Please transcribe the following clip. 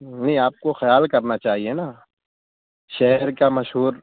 نہیں آپ کو خیال کرنا چاہیے نا شہر کا مشہور